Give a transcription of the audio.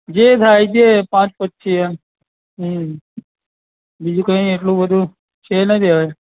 જે થાય જે પાંચ પચીસ એમ હં બીજું કઈ એટલું બધુ છે નથી હવે